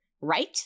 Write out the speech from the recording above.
Right